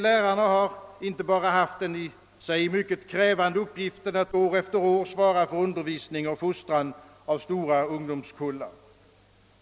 Lärarna har inte bara haft den i och för sig mycket krävande uppgiften att år efter år svara för undervisning och fostran av stora ungdomskullar.